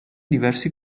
diversi